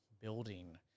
building